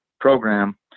program